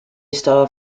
star